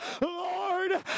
lord